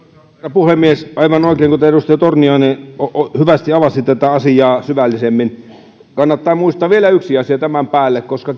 puhemies aivan oikein kuten edustaja torniainen hyvästi avasi tätä asiaa syvällisemmin kannattaa muistaa vielä yksi asia tämän päälle koska